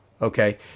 Okay